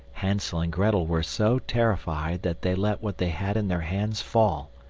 hansel and grettel were so terrified that they let what they had in their hands fall.